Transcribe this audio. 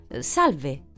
Salve